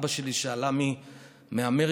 אבא שלי,